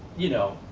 you know,